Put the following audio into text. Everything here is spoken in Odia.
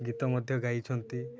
ଗୀତ ମଧ୍ୟ ଗାଇଛନ୍ତି